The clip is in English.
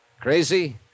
Crazy